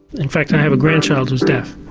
in fact i have a grandchild who's deaf,